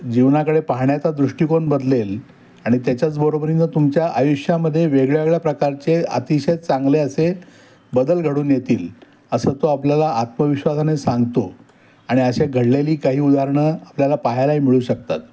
जीवनाकडे पाहण्याचा दृष्टिकोन बदलेल आणि त्याच्याच बरोबरीने तुमच्या आयुष्यामध्ये वेगळ्यावेगळ्या प्रकारचे अतिशय चांगले असे बदल घडून येतील असं तो आपल्याला आत्मविश्वासाने सांगतो आणि अशे घडलेली काही उदाहरणं आपल्याला पाहायलाही मिळू शकतात